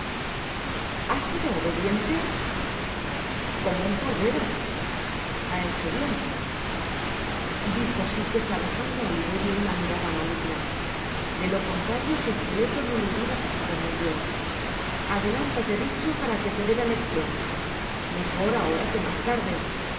ha sickf obediente como un cordero ha hecho bien dijo sikes arrojando á oliverio una mirada maligna de lo contrario su esqueleto no lo hubiera pasado muy bien adelántate vicho para que te dé la leccion me or ahora que mas tarde